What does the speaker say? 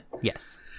yes